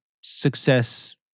success